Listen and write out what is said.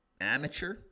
amateur